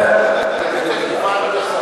גבעת,